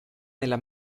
nella